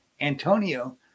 Antonio